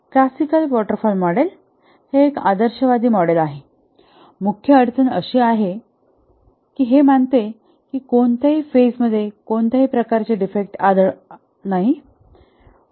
classical waterfall model एक आदर्शवादी model आहे मुख्य अडचण अशी आहे की हे मानते की कोणत्याही फेज मध्ये कोणत्याही प्रकारचे डिफेक्ट आढळत नाहीत